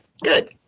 Good